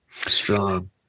Strong